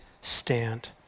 stand